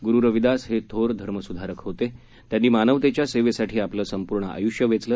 गुरु रविदास हे थोर धर्मसुधारक होते त्यांनी मानवतेच्या सेवेसाठी आपलं संपूर्ण आयुष्य वेचलं